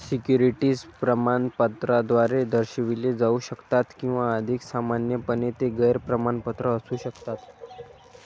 securities प्रमाणपत्राद्वारे दर्शविले जाऊ शकतात किंवा अधिक सामान्यपणे, ते गैर प्रमाणपत्र असू शकतात